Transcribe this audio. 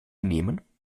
nehmen